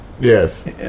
Yes